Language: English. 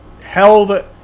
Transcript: held